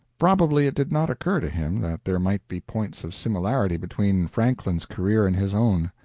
probably it did not occur to him that there might be points of similarity between franklin's career and his own.